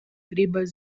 gribas